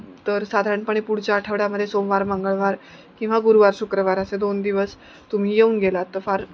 तर साधारणपणे पुढच्या आठवड्यामध्ये सोमवार मंगळवार किंवा गुरूवार शुक्रवार असे दोन दिवस तुम्ही येऊन गेलात तर फार